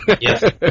Yes